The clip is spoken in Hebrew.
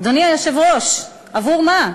אדוני היושב-ראש, עבור מה?